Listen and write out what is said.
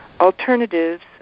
Alternatives